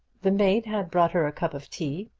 the maid had brought her a cup of tea,